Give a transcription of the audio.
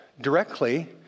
directly